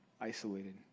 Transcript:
isolated